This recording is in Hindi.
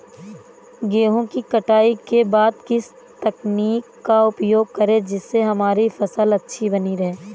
गेहूँ की कटाई के बाद किस तकनीक का उपयोग करें जिससे हमारी फसल अच्छी बनी रहे?